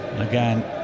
Again